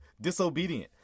disobedient